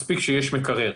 מספיק שיש מקרר.